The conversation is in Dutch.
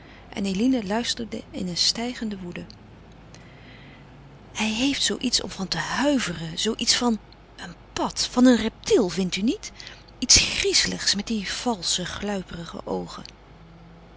en eline luisterde in een stijgende woede hij heeft zoo iets om van te huiveren zoo iets van een pad van een reptiel vindt u niet iets griezeligs met die valsche gluiperige oogen